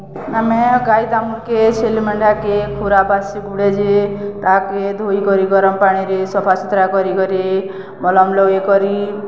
ଆମେ ଗାଈ ଦାମୁର୍କେ ଛେଲି ମେଣ୍ଢାକେ ଖୁରା ପାଚ୍ସି ଗୁଡ଼େ ଯେ ତାହାକେ ଧୁଇକରି ଗରମ୍ ପାଣିରେ ସଫା ସୁୁତୁରା କରି କରି ମଲମ୍ ଲଗେଇ କରି